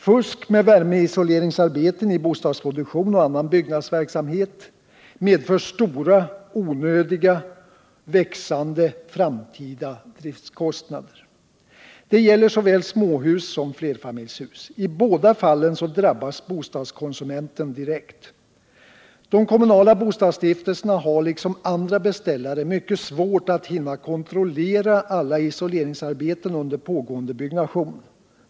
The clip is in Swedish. Fusk med värmeisoleringsarbeten i bostadsproduktion och annan byggnadsverksamhet medför stora, onödiga och växande framtida driftkostnader. Detta gäller såväl småhus som flerfamiljshus. I båda fallen drabbas bostadskonsumenten direkt. De kommunala bostadsstiftelserna har liksom andra beställare mycket svårt att hinna kontrollera alla isoleringsarbeten under pågående byggnation.